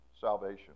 salvation